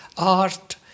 Art